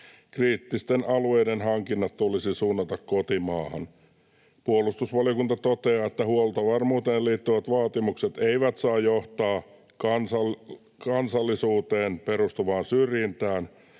kriittisten alueiden hankinnat tulisi suunnata kotimaahan”. ”Puolustusvaliokunta toteaa, että huoltovarmuuteen liittyvät vaatimukset eivät saa johtaa kansallisuuteen perustuvaan syrjintään